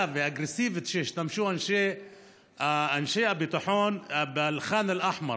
והאגרסיבית שהשתמשו בה אנשי הביטחון באל-ח'אן אל-אחמר.